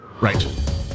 Right